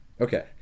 Okay